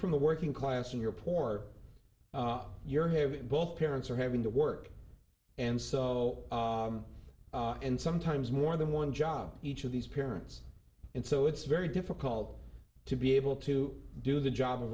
from the working class in europe or you're here both parents are having to work and so and sometimes more than one job each of these parents and so it's very difficult to be able to do the job of